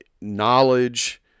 knowledge